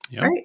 right